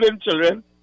children